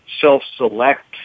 self-select